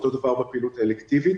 אותו הדבר בפעילות האלקטיבית.